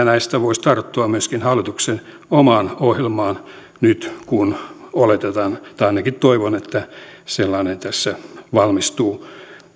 näistä voisi tarttua myöskin hallituksen omaan ohjelmaan nyt kun oletetaan tai ainakin toivon että sellainen tässä valmistuu